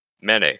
Mene